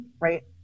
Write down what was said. right